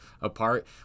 apart